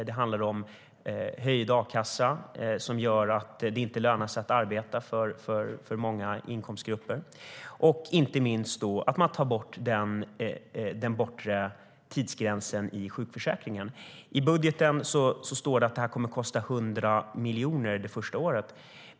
Det handlar om höjd a-kassa, som innebär att det för många inkomstgrupper inte lönar sig att arbeta, och inte minst om att den bortre tidsgränsen i sjukförsäkringen tas bort. I budgeten står det att det kommer att kosta hundra miljoner det första året.